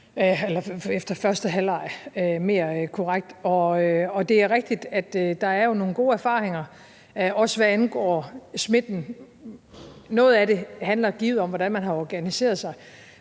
efter første halvleg. Det er rigtigt, at der jo er nogle gode erfaringer, også hvad angår smitten. Noget af det handler givet om, hvordan man har organiseret sig,